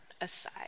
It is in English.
aside